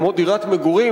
כמו דירת מגורים,